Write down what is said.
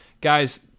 guys